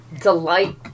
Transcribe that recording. delight